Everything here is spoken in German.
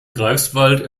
greifswald